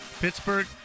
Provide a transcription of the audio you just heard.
Pittsburgh